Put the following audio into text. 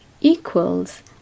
equals